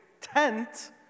tent